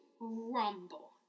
Rumble